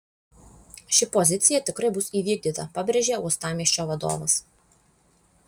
ši pozicija tikrai bus įvykdyta pabrėžė uostamiesčio vadovas